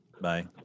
Bye